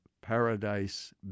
Paradise